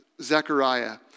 Zechariah